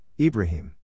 Ibrahim